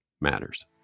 matters